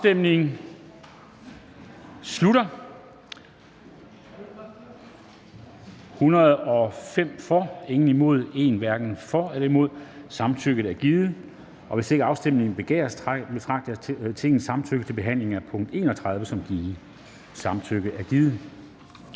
stemte 0, hverken for eller imod stemte 1 (Morten Messerschmidt (DF)). Samtykket er givet. Hvis ikke afstemning begæres, betragter jeg Tingets samtykke til behandling af punkt 31 som givet. Samtykket er givet.